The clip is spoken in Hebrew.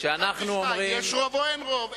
כשאנחנו, יש רוב או אין רוב.